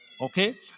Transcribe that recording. okay